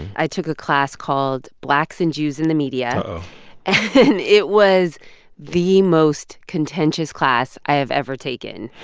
i took a class called blacks and jews in the media uh-oh and it was the most contentious class i have ever taken.